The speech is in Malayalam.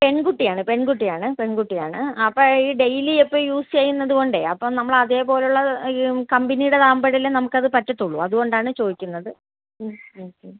പെൺകുട്ടിയാണ് പെൺകുട്ടിയാണ് പെൺകുട്ടിയാണ് അപ്പോൾ ഈ ഡെയിലി ഇപ്പോൾ യൂസ് ചെയ്യുന്നത് കൊണ്ടേ അപ്പം നമ്മൾ അതേപോലുള്ള ഈ കമ്പനിയുടേത് ആവുമ്പോഴല്ലേ നമുക്കത് പറ്റുള്ളൂ അതുകൊണ്ടാണ് ചോദിക്കുന്നത്